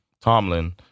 Tomlin